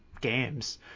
games